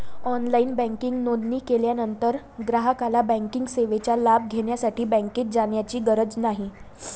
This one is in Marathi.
ऑनलाइन बँकिंग नोंदणी केल्यानंतर ग्राहकाला बँकिंग सेवेचा लाभ घेण्यासाठी बँकेत जाण्याची गरज नाही